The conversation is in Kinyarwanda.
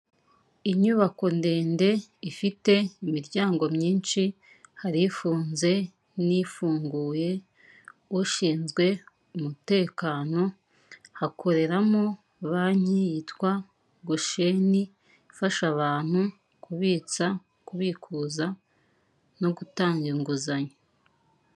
Inyubako ndende ifite imiryango myinshi, hari ifunze n'ifunguye, ushinzwe umutekano hakoreramo banki yitwa Gosheni ifasha abantu kubitsa, kubikuza no gutanga inguzanyo.